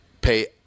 pay